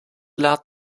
laad